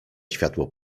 światło